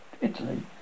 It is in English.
Italy